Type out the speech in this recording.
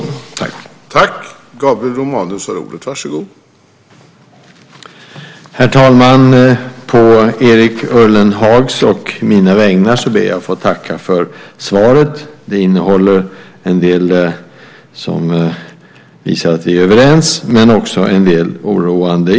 Då Erik Ullenhag, som framställt interpellationen, anmält att han var förhindrad att närvara vid sammanträdet medgav talmannen att Gabriel Romanus i stället fick delta i överläggningen.